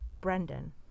Brendan